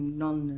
non